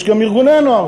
יש גם ארגוני נוער.